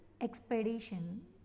expedition